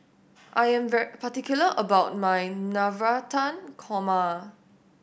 I'm particular about my Navratan Korma